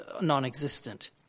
non-existent